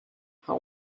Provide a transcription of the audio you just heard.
how